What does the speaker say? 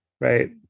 right